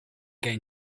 gain